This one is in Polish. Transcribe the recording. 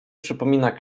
przypomina